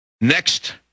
Next